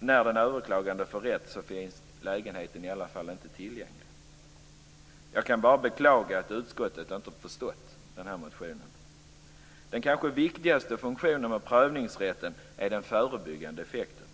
när den överklagande får rätt, finns lägenheten i alla fall inte tillgänglig. Jag kan bara beklaga att utskottet inte har förstått vår motion. Den kanske viktigaste funktionen med prövningsrätten är den förebyggande effekten.